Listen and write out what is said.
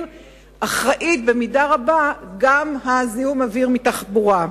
במידה רבה גם זיהום האוויר מתחבורה.